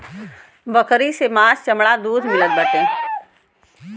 बकरी से मांस चमड़ा दूध मिलत बाटे